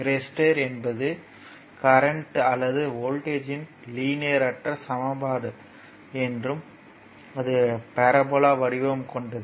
resistor என்பது current அல்லது வோல்ட்டேஜ்யின் லீனியர் அற்ற சமன்பாடு என்றும் அது பரபோலா வடிவம் கொண்டது